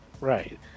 Right